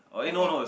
okay